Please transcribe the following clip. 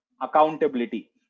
accountability